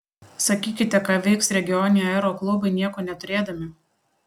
sakykite ką veiks regioniniai aeroklubai nieko neturėdami